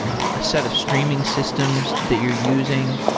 a set of streaming systems that you're using.